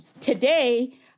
today